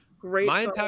Great